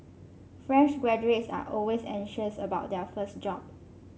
fresh graduates are always anxious about their first job